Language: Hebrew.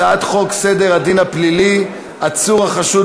הצעת חוק סדר הדין הפלילי (עצור החשוד